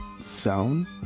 sound